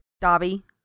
Dobby